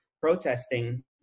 protesting